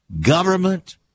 government